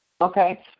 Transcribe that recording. Okay